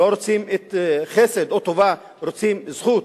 לא רוצים חסד או טובה, רוצים זכות.